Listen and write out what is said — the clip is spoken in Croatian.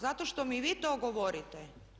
Zato što mi vi to govorite?